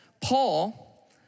Paul